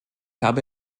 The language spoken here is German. habe